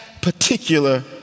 particular